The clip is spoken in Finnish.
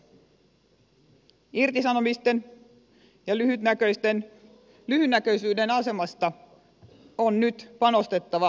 irtisanomisten ja lyhytnäköisyyden asemasta nyt on panostettava uuden luomiseen